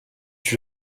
tue